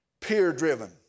peer-driven